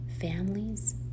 families